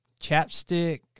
chapstick